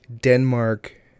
Denmark